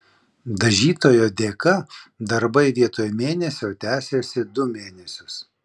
dažytojo dėka darbai vietoj mėnesio tęsėsi du mėnesius